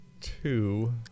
two